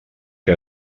que